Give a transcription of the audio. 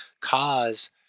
cause